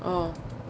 oh